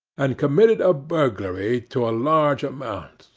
and committed a burglary to a large amount,